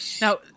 Now